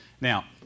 Now